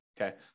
Okay